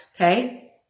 Okay